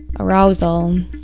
arousal um